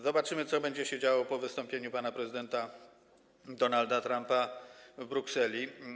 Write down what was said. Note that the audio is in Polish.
Zobaczymy, co będzie działo się po wystąpieniu pana prezydenta Donalda Trumpa w Brukseli.